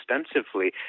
extensively